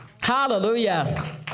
Hallelujah